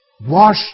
Wash